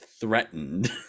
threatened